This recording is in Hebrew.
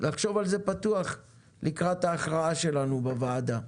צריך לחשוב על זה בפתיחות לקראת ההכרעה שלנו בוועדה.